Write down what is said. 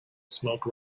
smoke